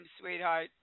sweetheart